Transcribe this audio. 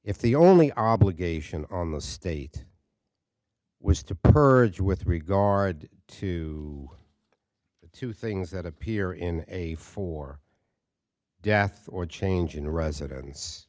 if the only obligation on the state was to purge with regard to two things that appear in a for death or change in residence